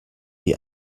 die